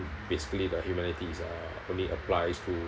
basically the humanities are only applies to